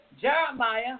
Jeremiah